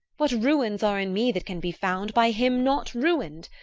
what ruins are in me that can be found by him not ruin'd?